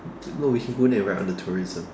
well we can go there right on the tourism